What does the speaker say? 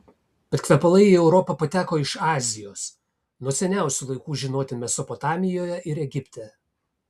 bet kvepalai į europą pateko iš azijos nuo seniausių laikų žinoti mesopotamijoje ir egipte